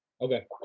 Okay